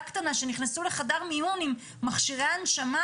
קטנה שנכנסו לחדר מיון עם מכשירי הנשמה,